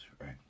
right